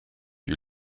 you